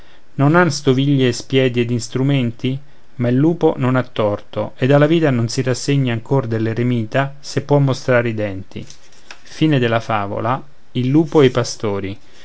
non han stoviglie e spiedi ed istrumenti ma il lupo non ha torto ed alla vita non si rassegna ancor dell'eremita se può mostrare i denti e la